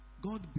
God